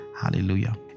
hallelujah